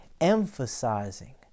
emphasizing